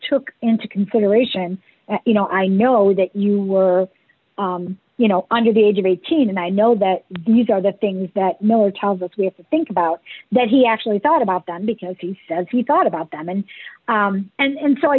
took into consideration you know i know that you were you know under the age of eighteen and i know that you are the things that miller tells us we have to think about that he actually thought about them because he says he thought about them and and and so i